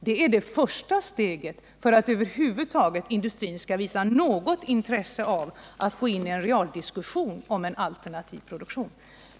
Det är det första steget mot ett läge där industrin över huvud taget visar något intresse för och visar sig beredd att gå in i en reell diskussion om en alternativ produktion.